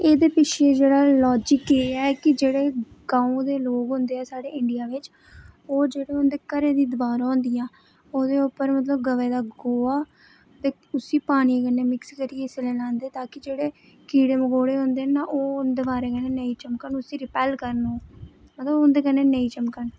एह्दे पिच्छै जेह्ड़ा लाजिक एह् कि जेह्ड़े गांव दे लोक होंदे साढ़े इंडिया बिच ओह् जेह्ड़े होंदे घरै दी दिवारां होंदियां ओह्दे उप्पर मतलब ऐ गवै दा गोहा ते उसी पानी कन्नै मिक्स करियै सिरै गी लांदे ताकि जेह्ड़े कीड़े मकोड़े होंदे ना ओह् दिवारें कन्नै नेईं चमकन उसी रिपैल्ल करन मतलब नेईं चमकन